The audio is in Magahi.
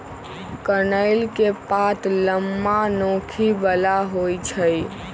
कनइल के पात लम्मा, नोखी बला होइ छइ